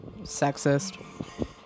Sexist